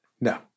No